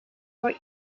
were